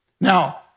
now